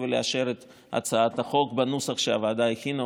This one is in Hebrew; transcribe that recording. ולאשר את הצעת החוק בנוסח שהוועדה הכינה.